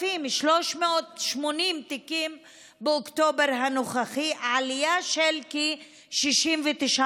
ל-6,380 תיקים באוקטובר הנוכחי, עלייה של כ-69%.